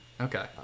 okay